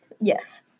Yes